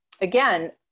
again